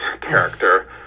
character